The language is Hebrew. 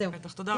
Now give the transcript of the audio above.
תודה רבה.